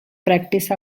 practice